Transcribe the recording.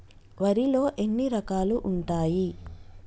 వరిలో ఎన్ని రకాలు ఉంటాయి?